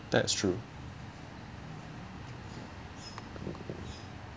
that's true